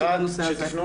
וזה מביא אותנו